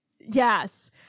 yes